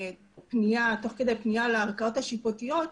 תוך כדי פנייה לערכאות השיפוטיות,